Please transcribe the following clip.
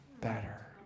better